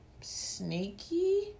sneaky